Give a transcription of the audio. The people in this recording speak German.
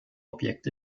objekt